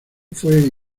fue